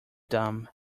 dumb